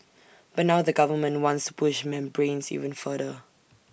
but now the government wants to push membranes even further